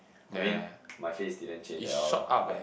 I mean my face didn't change at all lah like